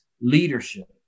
leadership